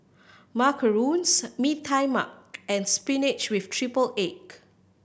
macarons Mee Tai Mak and spinach with triple egg